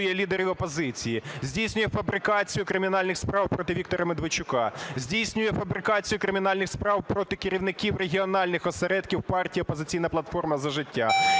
Дякую.